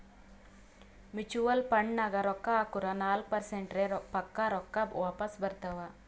mutual ಫಂಡ್ನಾಗ್ ರೊಕ್ಕಾ ಹಾಕುರ್ ನಾಲ್ಕ ಪರ್ಸೆಂಟ್ರೆ ಪಕ್ಕಾ ರೊಕ್ಕಾ ವಾಪಸ್ ಬರ್ತಾವ್